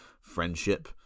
friendship